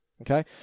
Okay